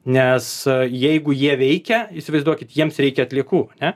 nes jeigu jie veikia įsivaizduokit jiems reikia atliekų ne